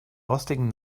rostigen